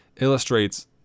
illustrates